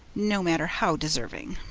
no matter how deserving.